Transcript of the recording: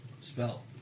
spell